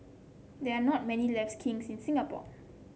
there are not many left kilns in Singapore